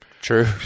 True